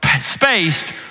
spaced